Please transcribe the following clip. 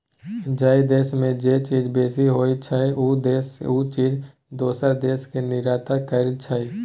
जइ देस में जे चीज बेसी होइ छइ, उ देस उ चीज दोसर देस के निर्यात करइ छइ